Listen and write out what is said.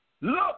Look